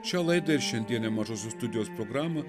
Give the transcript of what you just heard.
šią laidą ir šiandienę mažosios studijos programą